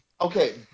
Okay